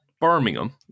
Birmingham